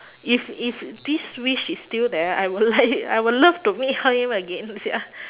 if if this wish is still there I would like I would love to meet her him again and say ah